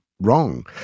wrong